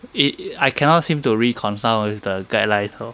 it I cannot seem to reconcile with the guidelines lor